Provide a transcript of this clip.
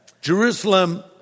Jerusalem